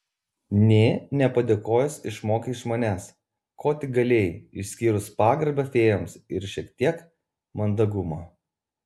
nė nepadėkojęs išmokai iš manęs ko tik galėjai išskyrus pagarbą fėjoms ir šiek tiek mandagumo